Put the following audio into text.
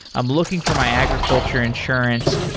i'm looking for my agriculture insurance,